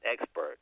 expert